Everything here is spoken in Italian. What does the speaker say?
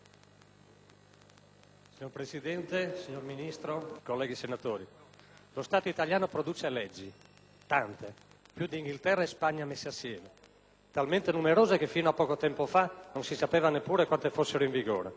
Signora Presidente, signor Ministro, colleghi senatori, lo Stato italiano produce leggi. Tante. Più di Inghilterra e Spagna messe assieme. Talmente numerose che fino a poco tempo fa non si sapeva neppure quante fossero in vigore.